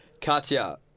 Katya